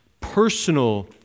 personal